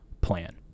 plan